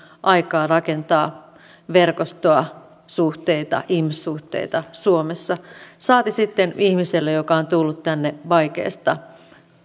aikaa rakentaa verkostoa suhteita ihmissuhteita suomessa saati sitten ihmiselle joka on tullut tänne vaikeista